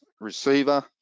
receiver